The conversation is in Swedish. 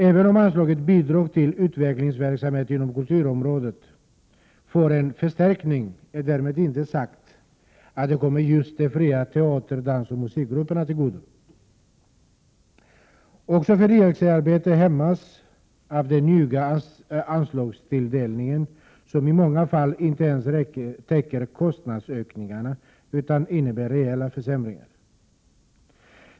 Även om anslaget Bidrag till utvecklingsverksamhet inom kulturområdet får en förstärkning är därmed inte sagt att det kommer just de fria teater-, dansoch musikgrupperna till godo. Också förnyelsearbetet hämmas av den njugga anslagstilldelningen, som i många fall inte ens täcker kostnadsökningarna utan innebär reella försämringar.